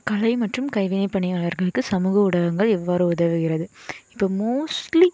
கலை மற்றும் கைவினை பணியாளர்களுக்கு சமூக ஊடகங்கள் எவ்வாறு உதவுகிறது இப்போ மோஸ்ட்லி